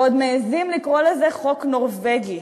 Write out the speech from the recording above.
ועוד מעזים לקרוא לזה חוק נורבגי.